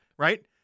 Right